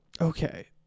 Okay